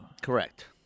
Correct